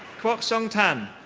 kwok seong tan.